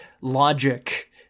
logic